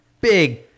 big